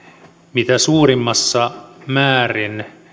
mitä suurimmassa määrin